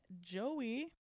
Joey